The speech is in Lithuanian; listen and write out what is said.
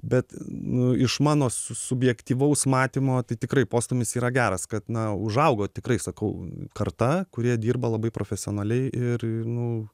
bet nu iš mano su subjektyvaus matymo tai tikrai postūmis yra geras kad na užaugo tikrai sakau karta kurie dirba labai profesionaliai ir nu